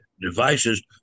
devices